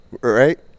right